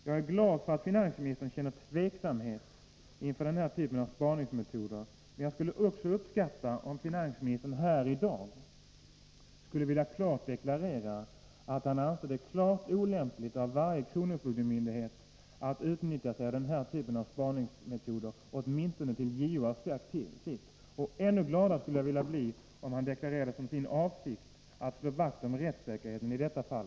Jag är glad att finansministern känner tveksamhet inför denna typ av spaningsmetoder, men jag skulle också uppskatta om finansministern här i dag ville klart deklarera att han anser det helt olämpligt att en kronofogdemyndighet utnyttjar sådana här spaningsmetoder, åtminstone tills JO har sagt sitt. Ännu gladare skulle jag bli om finansministern deklarerade som sin avsikt att slå vakt om rättssäkerheten i detta fall.